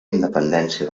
independència